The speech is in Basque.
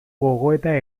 gogoeta